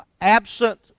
absent